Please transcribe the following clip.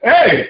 Hey